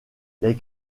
les